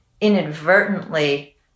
inadvertently